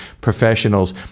professionals